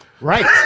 right